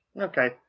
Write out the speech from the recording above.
Okay